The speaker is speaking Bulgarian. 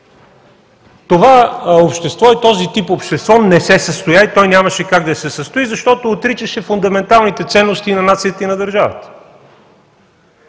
Това общество и този тип общество не се състоя и то нямаше как да се състои, защото отричаше фундаменталните ценности на нацията и на държавата.